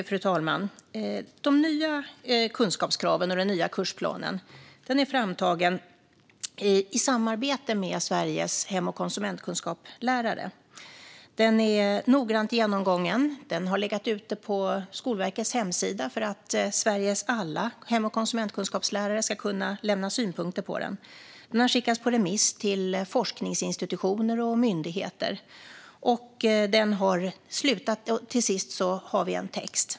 Fru talman! De nya kunskapskraven och den nya kursplanen är framtagna i samarbete med Sveriges hem och konsumentkunskapslärare. Kursplanen är noggrant genomgången. Den har legat ute på Skolverkets hemsida för att Sveriges alla hem och konsumentkunskapslärare ska kunna lämna synpunkter på den. Den har skickats på remiss till forskningsinstitutioner och myndigheter. Och till sist har vi nu en text.